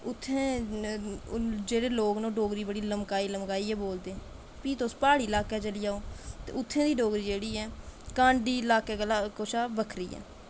उत्थै जेह्ड़े लोक न ओह् डोगरी बड़ी लमकाई लमकाइयै बोलदे फ्ही तुस प्हाड़ी लाह्कै चली जाओ उत्थै दी डोगरी कंढी लाह्के कोला दा बक्खरी ऐ